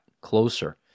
closer